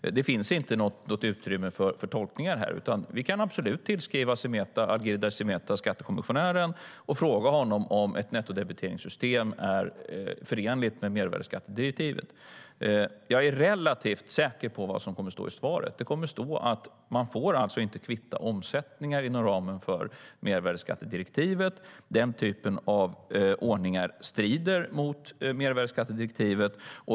Det finns inte något utrymme för tolkningar här. Vi kan absolut tillskriva skattekommissionären Algirdas Semeta och fråga honom om ett nettodebiteringssystem är förenligt med mervärdesskattedirektivet. Jag är relativt säker på vad som kommer att stå i svaret. Det kommer att stå att man inte får kvitta omsättningar inom ramen för mervärdesskattedirektivet. Den typen av ordningar strider mot mervärdesskattedirektivet.